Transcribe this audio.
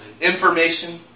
information